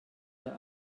der